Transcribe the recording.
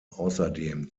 außerdem